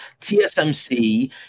TSMC